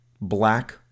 black